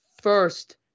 first